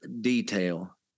detail